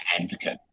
advocate